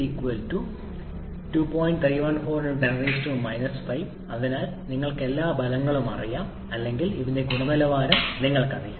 314 × 10 5 അതിനാൽ നിങ്ങൾക്ക് എല്ലാ ഫലങ്ങളും അറിയാം അല്ലെങ്കിൽ ഇതിന്റെ ഗുണനിലവാരം നിങ്ങൾക്കറിയാം